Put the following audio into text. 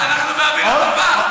נו, באמת, אנחנו באווירה טובה.